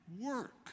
work